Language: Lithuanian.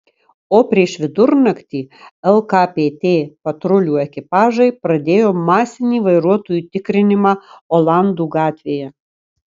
o prieš vidurnaktį lkpt patrulių ekipažai pradėjo masinį vairuotojų tikrinimą olandų gatvėje